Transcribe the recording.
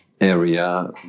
area